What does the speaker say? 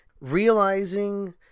realizing